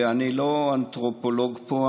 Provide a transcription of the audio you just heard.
ואני לא אנתרופולוג פה,